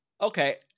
Okay